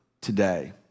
today